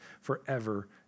forever